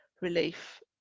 relief